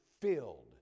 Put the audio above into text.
filled